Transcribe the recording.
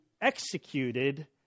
executed